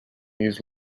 use